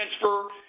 transfer